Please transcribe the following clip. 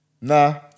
nah